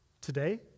today